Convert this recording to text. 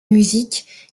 musique